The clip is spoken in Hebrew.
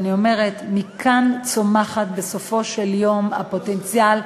אני אומרת: מכאן צומח בסופו של דבר הפוטנציאל,